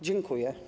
Dziękuję.